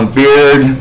beard